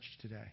today